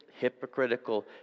hypocritical